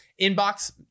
inbox